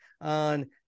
on